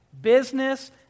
business